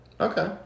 Okay